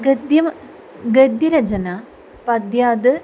गद्यं गद्यरचना पद्यात्